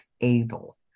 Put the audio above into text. able